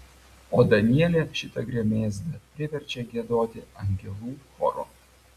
o danielė šitą gremėzdą priverčia giedoti angelų choru